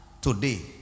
today